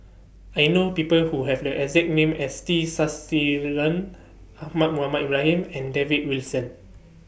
I know People Who Have The exact name as T Sasitharan Ahmad Mohamed Ibrahim and David Wilson